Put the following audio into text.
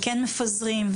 וכן מפזרים,